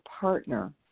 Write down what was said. partner